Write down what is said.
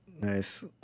Nice